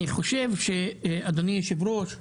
אדוני היושב-ראש,